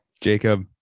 Jacob